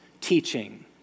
teaching